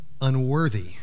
unworthy